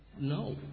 No